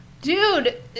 Dude